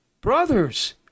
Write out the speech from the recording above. brothers